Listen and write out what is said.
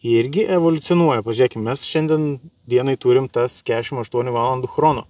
irgi evoliucionuoja pažiūrėkim mes šiandien dienai turim tas keturiasdešimt aštuonių valandų chrono